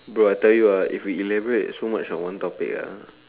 bro I tell you ah if we elaborate so much on one topic ah